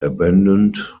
abandoned